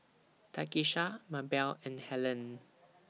Takisha Mabelle and Helene